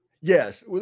Yes